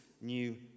new